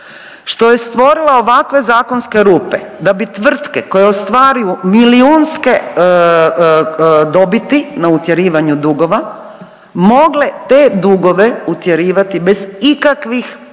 što je stvorila ovakve zakonske rupe da bi tvrtke koje ostvaruju milijunske dobiti na utjerivanju dugova mogle te dugove utjerivati bez ikakvih,